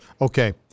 Okay